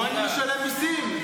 פה אני משלם מיסים.